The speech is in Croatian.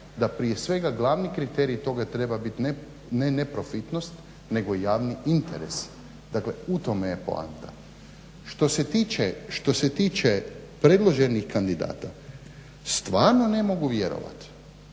da prije svega glavni kriterij toga treba biti ne neprofitnost nego javni interes. Dakle, u tome je poanta. Što se tiče predloženih kandidata stvarno ne mogu vjerovati,